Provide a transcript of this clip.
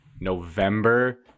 November